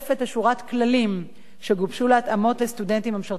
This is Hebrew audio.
כללים שגובשו להתאמות לסטודנטים המשרתים במילואים